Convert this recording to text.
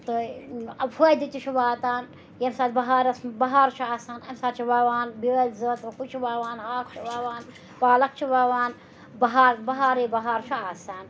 تہٕ فٲیدٕ تہِ چھُ واتان ییٚمہِ ساتہٕ بہارَس بہار چھُ آسان اَمہِ ساتہٕ چھِ وَوان بیٛٲلۍ زٲژٕ ہُہ چھِ وَوان ہاکھ وَوان پالک چھِ وَوان بہار بہارٕے بہار چھُ آسان